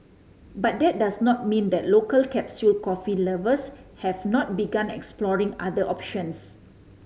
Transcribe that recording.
but that does not mean that local capsule coffee lovers have not begun exploring other options